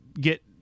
get